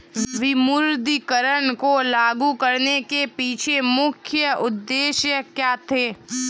विमुद्रीकरण को लागू करने के पीछे मुख्य उद्देश्य क्या थे?